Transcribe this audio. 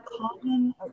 common